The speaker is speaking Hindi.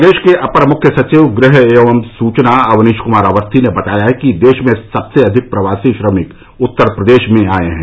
प्रदेश के अपर मुख्य सचिव गृह एवं सूचना अवनीश कुमार अवस्थी ने बताया कि देश में सबसे अधिक प्रवासी श्रमिक उत्तर प्रदेश में आये हैं